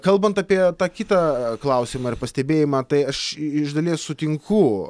kalbant apie tą kitą klausimą ir pastebėjimą tai aš iš dalies sutinku